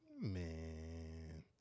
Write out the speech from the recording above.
Man